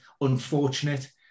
unfortunate